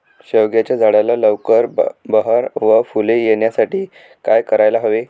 शेवग्याच्या झाडाला लवकर बहर व फूले येण्यासाठी काय करायला हवे?